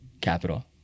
Capital